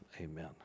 Amen